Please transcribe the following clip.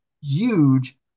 huge